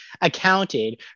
accounted